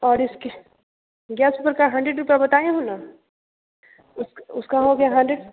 और इस किस गैस पेपर का हंड्रेड रुपया बताई हूँ ना उसका हो गया हंड्रेड